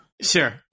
Sure